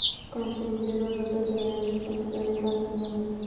कानपूरमध्ये रबर तंत्रज्ञानाशी संबंधित अनेक कारखाने आहेत